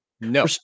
No